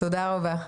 תודה רבה.